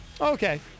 okay